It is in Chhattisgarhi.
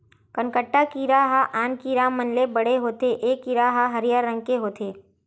कनकट्टा कीरा ह आन कीरा मन ले बड़े होथे ए कीरा ह हरियर रंग के होथे